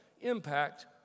impact